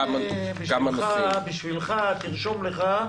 היום זה - תרשום לך,